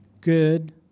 good